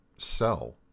sell